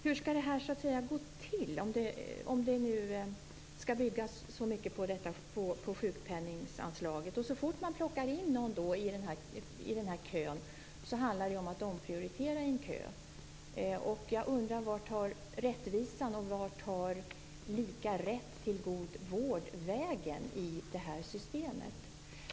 Hur skall det här gå till, om det nu skall byggas så mycket på sjukpenningsanslaget? Så fort man plockar in någon i en kö handlar det om att omprioritera i kön. Jag undrar vart rättvisan och rätten till lika god vård tar vägen i det här systemet.